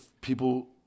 people